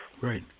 Right